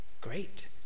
Great